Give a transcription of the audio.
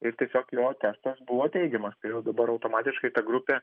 ir tiesiog jo testas buvo teigiamas tai jau dabar automatiškai ta grupė